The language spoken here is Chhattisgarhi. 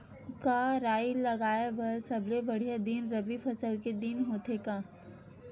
का राई लगाय बर सबले बढ़िया दिन रबी फसल के दिन होथे का?